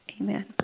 Amen